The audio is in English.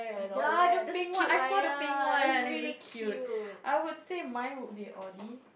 ya the pink one I saw the pink one and it's cute I would say mine would be audi